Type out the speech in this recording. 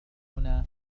هنا